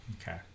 okay